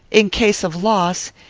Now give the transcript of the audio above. in case of loss,